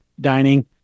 dining